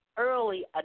early